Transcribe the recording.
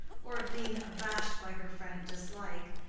or of being abashed by her frank dislike,